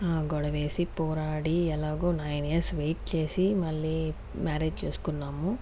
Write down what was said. గొడవేసి పోరాడి ఎలాగో nine years wait చేసి మళ్లి మ్యారేజ్ చేసుకున్నాము